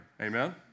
Amen